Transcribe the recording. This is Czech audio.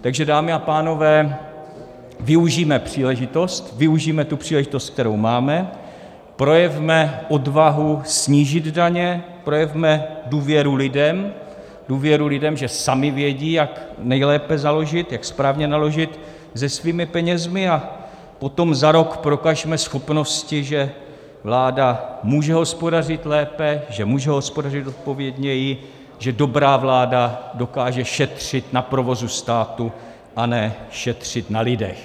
Takže dámy a pánové, využijme příležitost, využijme tu příležitost, kterou máme, projevme odvahu snížit daně, projevme důvěru lidem, že sami vědí, jak nejlépe, jak správně naložit se svými penězi, a potom za rok prokažme schopnosti, že vláda může hospodařit lépe, že může hospodařit zodpovědněji, že dobrá vláda dokáže šetřit na provozu státu, a ne šetřit na lidech.